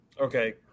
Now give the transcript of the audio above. Okay